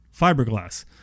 fiberglass